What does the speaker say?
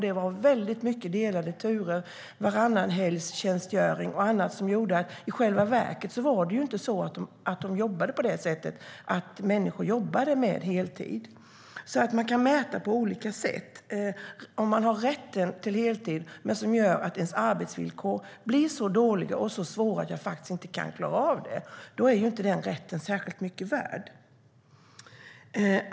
Det var väldigt mycket delade turer, varannanhelgstjänstgöring och annat som gjorde att människor i själva verket inte jobbade heltid. Man kan alltså mäta på olika sätt. Om man har rätt till heltid men arbetsvillkoren blir så dåliga och så svåra att man faktiskt inte klarar av det, då är inte den rätten mycket värd.